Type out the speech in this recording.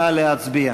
נא להצביע.